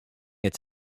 its